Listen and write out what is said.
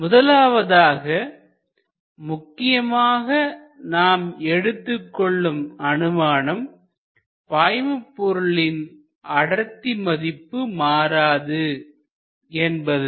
முதலாவதாக முக்கியமான நாம் எடுத்துக்கொள்ளும் அனுமானம் பாய்மபொருளின் அடர்த்தி மதிப்பு மாறாது என்பது